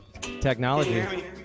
technology